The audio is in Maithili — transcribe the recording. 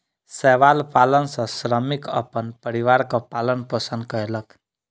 शैवाल पालन सॅ श्रमिक अपन परिवारक पालन पोषण कयलक